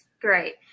Great